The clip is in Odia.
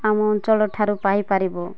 ଆମ ଅଞ୍ଚଳ ଠାରୁ ପାଇପାରିବ